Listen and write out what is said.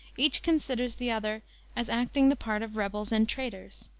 each considers the other as acting the part of rebels and traitors,